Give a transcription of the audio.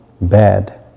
bad